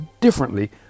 differently